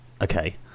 Okay